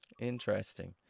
Interesting